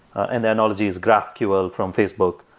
and the analogy is graphql from facebook.